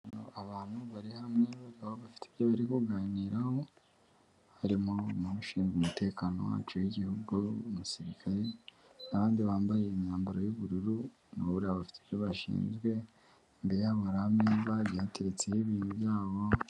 Abantu bari hamwe bakaba bafite ibyo bari kuganiraho, harimo n'abashinzwe umutekano wacu w'igihugu umusirikare, n'abandi bambaye imyambaro y'ubururu, nabo buriya bafite icyo bashinzwe, imbere hari ameza agiye ateretseho ibintu byabo.